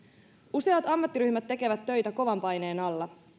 useat ammattiryhmät tekevät töitä kovan paineen alla